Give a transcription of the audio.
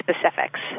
specifics